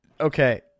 Okay